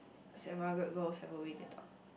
saint-Margaret's girls have a way they talk